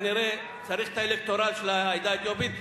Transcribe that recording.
כנראה צריך את האלקטורט של העדה האתיופית,